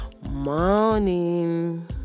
morning